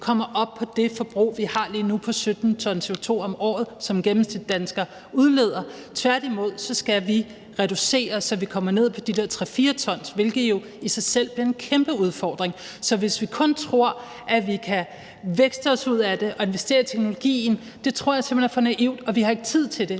kommer op på det forbrug, vi har lige nu, hvor en gennemsnitsdansker udleder 17 t CO2 om året. Tværtimod skal vi reducere, så vi kommer ned på de der 3-4 t, hvilket jo i sig selv bliver en kæmpe udfordring. Så hvis vi kun tror, vi kan vækste os ud af det og investere i teknologien, er det for naivt, og vi har ikke tid til det.